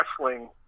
wrestling